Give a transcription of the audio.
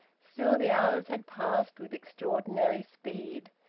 still, the hours had passed with extraordinary speed.